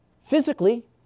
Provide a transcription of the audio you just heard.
Physically